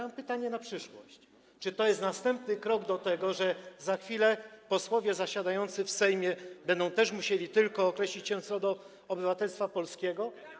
Mam pytanie na przyszłość: Czy to jest następny krok do tego, że za chwilę posłowie zasiadający w Sejmie będą też musieli określić się tylko co do obywatelstwa polskiego?